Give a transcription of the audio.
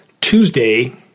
Tuesday